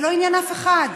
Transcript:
זה לא עניין אף אחד,